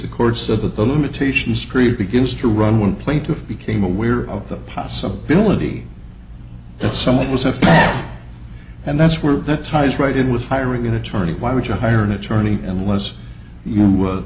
the court said that the limitations screen begins to run one plaintiff became aware of the possibility that something was afoot and that's were the ties right in with hiring an attorney why would you hire an attorney unless you